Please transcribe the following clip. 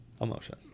emotion